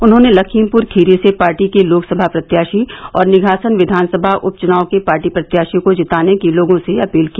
उन्होंने लखीमपुर खीरी से पार्टी के लोकसभा प्रत्याशी और निघासन विधानसभा उप चुनाव के पार्टी प्रत्याशी को जिताने की लोगों से अपील की